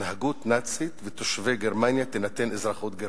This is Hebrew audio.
התנהגות נאצית ותושבי גרמניה תינתן אזרחות גרמנית.